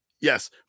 Yes